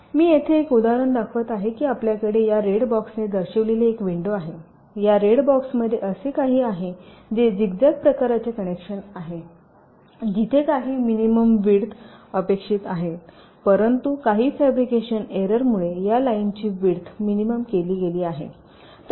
मी येथे एक उदाहरण दाखवत आहे की आपल्याकडे या रेड बॉक्सने दर्शविलेली एक विंडो आहे या रेड बॉक्समध्ये असे काही आहे जे झिगझॅग प्रकाराचे कनेक्शन आहे जिथे काही मिनिमम विड्थ अपेक्षित आहे परंतु काही फॅब्रिकेशन एरर मुळे या लाइनची विड्थ मिनिमम केली गेली आहे